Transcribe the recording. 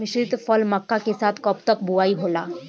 मिश्रित फसल मक्का के साथ कब तक बुआई होला?